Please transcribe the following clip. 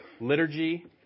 liturgy